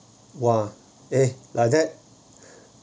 !wah! eh like that